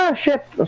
ah shipped